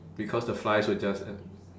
because the flies will just